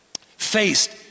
faced